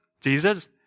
Jesus